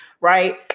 right